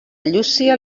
llúcia